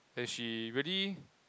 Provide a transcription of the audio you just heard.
and she really